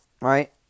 right